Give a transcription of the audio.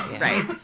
right